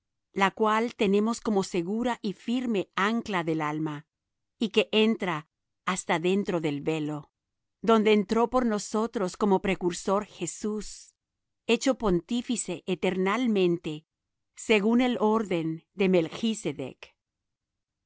la cual tenemos como segura y firme ancla del alma y que entra hasta dentro del velo donde entró por nosotros como precursor jesús hecho pontífice eternalmente según el orden de melchsedec